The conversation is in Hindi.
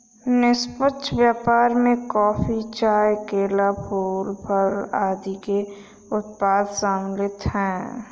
निष्पक्ष व्यापार में कॉफी, चाय, केला, फूल, फल आदि के उत्पाद सम्मिलित हैं